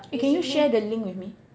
eh can you share the link with me